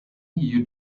you